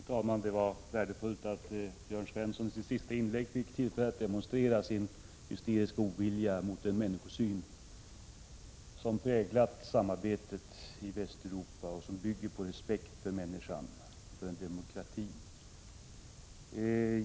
Herr talman! Det var värdefullt att Jörn Svensson i sitt sista inlägg tog tillfället att öppet demonstrera sin hysteriska ovilja mot den människosyn som har präglat samarbetet i Västeuropa och som bygger på respekt för individen och för demokratin.